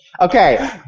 Okay